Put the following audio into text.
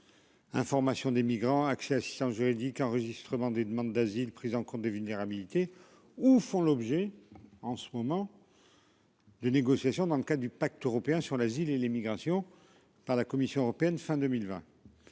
Information des migrants Access. Juridique, enregistrement des demandes d'asile prise en compte des vulnérabilités ou font l'objet en ce moment. De négociation dans le cas du pacte européen sur l'asile et l'immigration par la Commission européenne fin 2020.